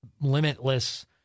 limitless